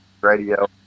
radio